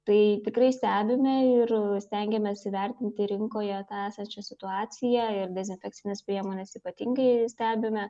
tai tikrai stebime ir stengiamės įvertinti rinkoje esančią situaciją ir dezinfekcines priemones ypatingai stebime